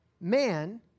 Man